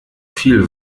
viel